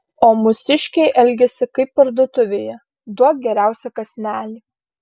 o mūsiškiai elgiasi kaip parduotuvėje duok geriausią kąsnelį